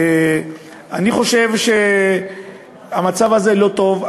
אני חושב שהמצב הזה לא טוב,